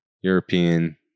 European